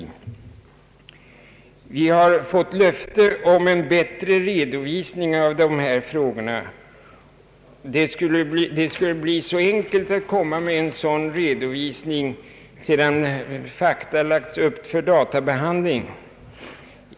Vi har fått löfte om en bättre redovisning av dessa frågor. Det skulle bli så enkelt att komma med en sådan redovisning sedan fakta lagts upp för databehandling.